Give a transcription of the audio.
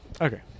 Okay